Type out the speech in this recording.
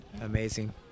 amazing